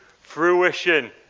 fruition